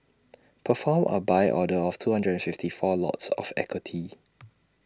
perform A buy order of two hundred and fifty four lots of equity